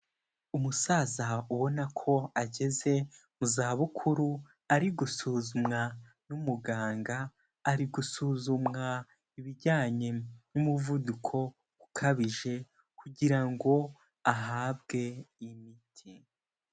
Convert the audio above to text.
Umusaza ubona ko ageze mu zabukuru ari gusuzumwa n'umuganga, ari gusuzumwa ibijyanye n'umuvuduko ukabije kugira ngo ahabwe imiti.